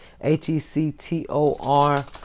H-E-C-T-O-R